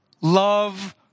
Love